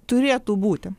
turėtų būti